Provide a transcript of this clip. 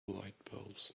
lightbulbs